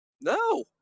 No